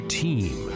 team